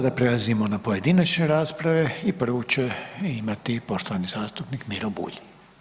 Sada prelazimo na pojedinačne rasprave i prvu će imati poštovani zastupnik Miro Bulj.